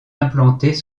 implantés